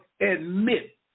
admit